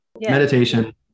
meditation